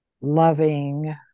loving